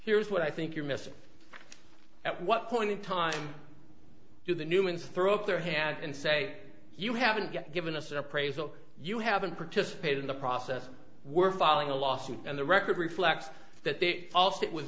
here's what i think your midst at what point in time do the newmans throw up their hands and say you haven't given us an appraisal you haven't participated in the process we're filing a lawsuit and the record reflects that they all fit w